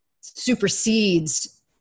supersedes